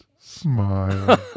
smile